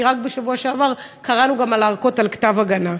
כי רק בשבוע שעבר קראנו גם על הארכות על כתב ההגנה.